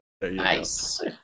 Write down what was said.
Nice